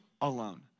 alone